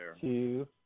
two